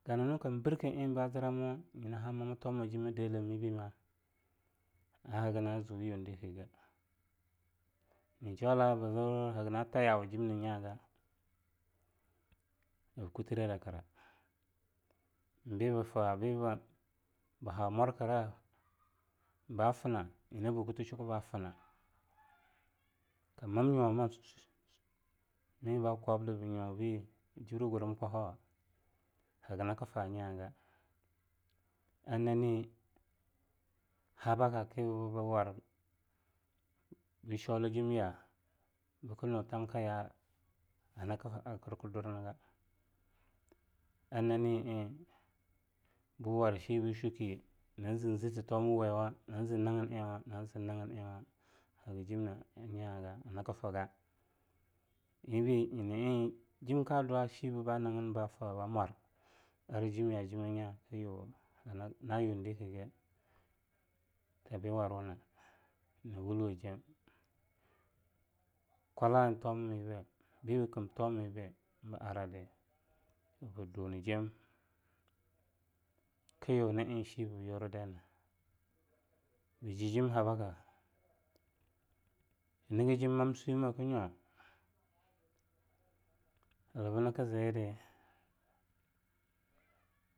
Gananwa kambirkeh enhaba zira muwa nyinaha'a mwamma tomajim a deleh mibima ahaga na zuyundikge nijaula'en bazirwa hagana tayawa jimnenyaga nabkuthre a dakra bafuna, bebahmwar kra bafna, nyinabo chukbafna kammam nyuwama chch mi bakwabdi nbyu be bjibri gurm kwahawa haganakfanyaga anani habaka ki bawar bnshaul jimya'a bknutamkaya'a akur kduranga anan'en bwarshi yah bchuki nan zin zttauma wiwa, nanzin nagin'enwa, nan zinnagin'enawa haga jim ne anya ga haga nakfga enbenyina'en jimkadwa a shibne ba nagn bafa bamiear arjim ya'a jimmeh nya haganayundikge tabawawar wuna? ninawulwejen kwala'en tomamibe bebakim tomamibe ba'ara di bdunijen kyuna'en shibe byurdaina, bjjim habaka bngjim mamswime knyo balabnakziyidi.